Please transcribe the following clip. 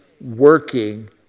working